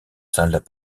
salles